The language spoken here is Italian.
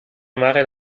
amare